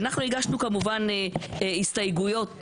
הגשנו הסתייגויות,